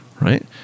right